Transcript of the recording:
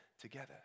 together